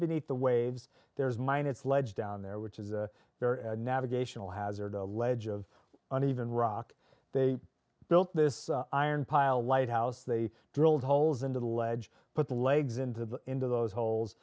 beneath the waves there's mine it's ledge down there which is there navigational hazard a ledge of uneven rock they built this iron pile lighthouse they drilled holes into the ledge put the legs into the into those holes